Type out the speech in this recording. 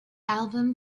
album